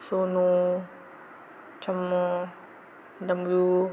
सोनू चमो डमरू